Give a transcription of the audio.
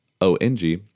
O-N-G